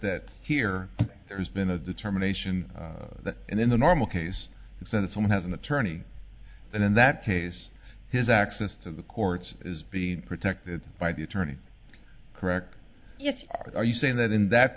that here there's been a determination that in the normal case the senate someone has an attorney and in that case his access to the courts is being protected by the attorney correct yes are you saying that in that